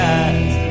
eyes